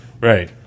Right